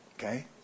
okay